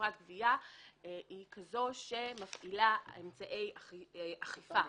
שחברת גבייה היא כזו שמפעילה אמצעי אכיפה,